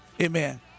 amen